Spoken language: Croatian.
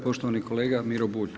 Poštovani kolega Miro Bulj.